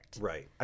Right